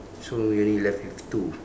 so we only left with two